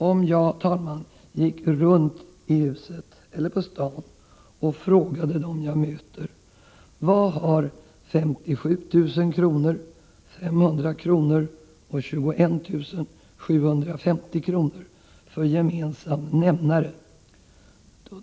Om jag gick runt här i huset eller i staden och frågade dem jag mötte: Vad har 57 000 kr., 500 kr. och 21 750 kr. för gemensam nämnare?